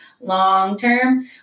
long-term